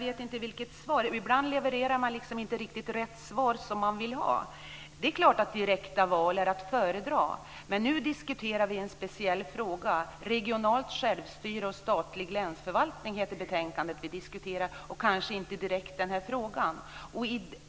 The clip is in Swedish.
Fru talman! Ibland levererar man inte riktigt det svar som man vill ge. Det är klart att direkta val är att föredra, men nu diskuterar vi en speciell fråga. Regionalt självstyre och statlig länsförvaltning heter det betänkande som vi diskuterar, och det berör kanske inte direkt den här frågan.